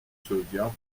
sauvegarde